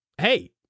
Hey